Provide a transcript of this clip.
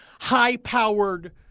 high-powered